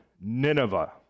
Nineveh